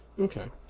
Okay